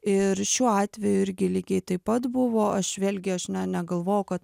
ir šiuo atveju irgi lygiai taip pat buvo aš vėlgi aš ne negalvojau kad